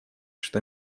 что